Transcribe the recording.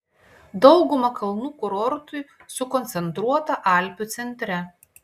dauguma kalnų kurortų sukoncentruota alpių centre